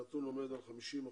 הנתון עומד על 50%,